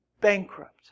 bankrupt